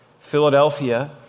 Philadelphia